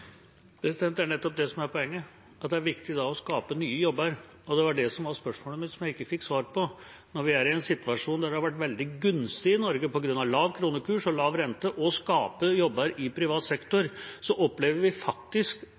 Det er nettopp det som er poenget, at det er viktig å skape nye jobber. Og det var det som var spørsmålet mitt, som jeg ikke fikk svar på. Når vi er i en situasjon der det på grunn av lav kronekurs og lav rente har vært veldig gunstig i Norge å skape jobber i privat sektor, opplever vi faktisk,